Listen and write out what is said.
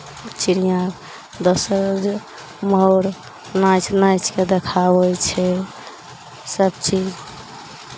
चिड़ियाँ दोसर मोर नाचि नाचि कऽ देखाबै छै सभचीज